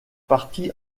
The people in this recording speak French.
partis